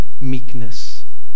meekness